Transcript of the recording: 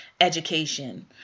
education